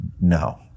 No